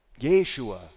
Yeshua